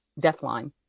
Deathline